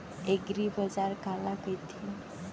एगरीबाजार काला कहिथे?